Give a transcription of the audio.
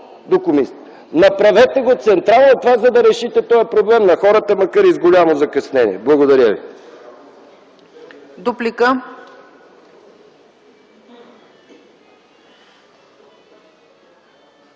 комисията. Направете го централно, за да решите този проблем на хората, макар и с голямо закъснение. Благодаря.